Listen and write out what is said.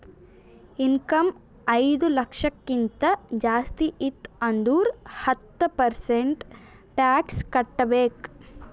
income ಐಯ್ದ ಲಕ್ಷಕ್ಕಿಂತ ಜಾಸ್ತಿ ಇತ್ತು ಅಂದುರ್ ಹತ್ತ ಪರ್ಸೆಂಟ್ ಟ್ಯಾಕ್ಸ್ ಕಟ್ಟಬೇಕ್